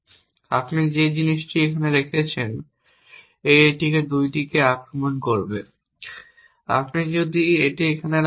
এবং আপনি যে জিনিসটি এখানে রেখেছেন এটি এই 2টিকে আক্রমণ করবে। আপনি যদি এটি এখানে রাখেন